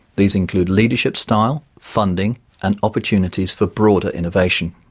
these include leadership style, funding and opportunities for broader innovation.